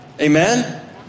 Amen